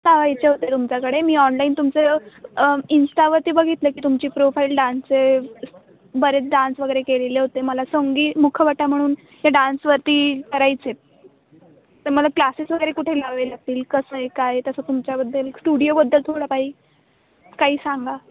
लावायचे होते तुमच्याकडे मी ऑनलाईन तुमचं इंस्टावरती बघितलं की तुमची प्रोफाईल डान्सचे बरेच डान्स वगैरे केलेले होते मला सोंगीमुखवाटा म्हणून हे डान्सवरती करायचे आहेत तर मला क्लासेस वगैरे कुठे लावावे लागतील कसं आहे काये तसं तुमच्याबद्दल स्टुडिओबद्दल थोडं काही काही सांगा